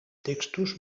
textos